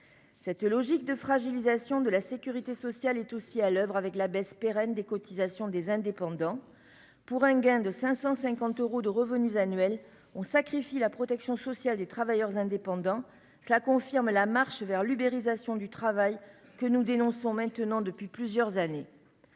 Cette logique de fragilisation de la sécurité sociale est aussi à l'oeuvre avec la baisse pérenne des cotisations des indépendants. Pour un gain de 550 euros de revenus annuels, on sacrifie ainsi leur protection sociale. Cela confirme la marche vers l'ubérisation du travail, que nous dénonçons maintenant depuis plusieurs années.